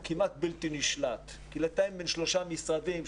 כמעט בלתי נשלט כי לתאם בין שלושה משרדים,